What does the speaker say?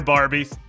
Barbies